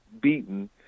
beaten